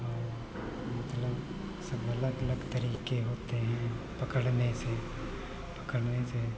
और मतलब सब अलग अलग तरीके होते हैं पकड़ने से पकड़ने से